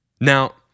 Now